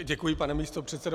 Děkuji, pane místopředsedo.